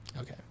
Okay